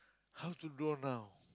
how to draw now